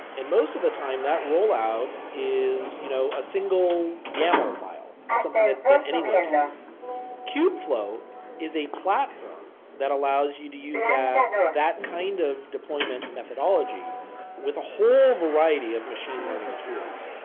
and most of the time, that rollout is you know a single yaml file, something that that anyone can read kubeflow is a platform that allows you to use that that kind of deployment methodology with a whole variety of machine learning tools.